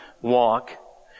walk